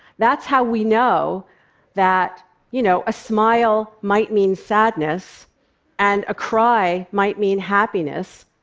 that's how we know that you know a smile might mean sadness and a cry might mean happiness,